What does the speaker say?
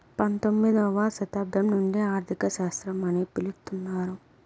పంతొమ్మిదవ శతాబ్దం నుండి ఆర్థిక శాస్త్రం అని పిలుత్తున్నారు